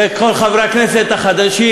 וכל חברי הכנסת החדשים,